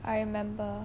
I remember